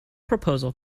proposal